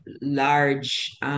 large